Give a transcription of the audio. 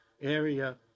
area